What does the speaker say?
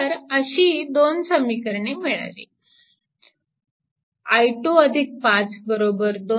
तर दोन समीकरणे अशी मिळाली i2 5 2